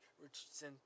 Richardson